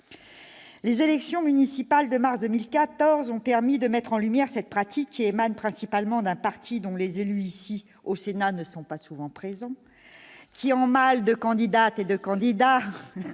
Les élections municipales de mars 2014 ont permis de mettre en lumière cette pratique, qui est principalement le fait d'un parti dont les élus au Sénat ne sont pas souvent présents. Ni très nombreux ! En mal de candidates et de candidats